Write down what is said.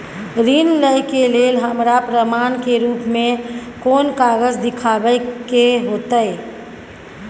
ऋण लय के लेल हमरा प्रमाण के रूप में कोन कागज़ दिखाबै के होतय?